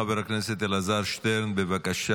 חבר הכנסת אלעזר שטרן, בבקשה.